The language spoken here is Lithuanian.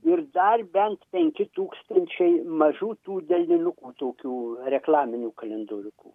ir dar bent penki tūkstančiai mažų tų delninukų tokių reklaminių kalendoriukų